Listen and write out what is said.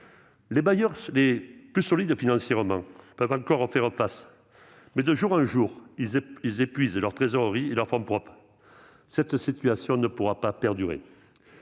Les bailleurs les plus solides financièrement peuvent encore faire face, mais, de jour en jour, ils épuisent leurs trésoreries et leurs fonds propres. Cette situation ne pourra pas perdurer.